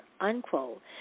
unquote